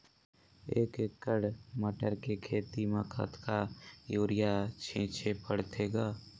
एक एकड़ मटर के खेती म कतका युरिया छीचे पढ़थे ग?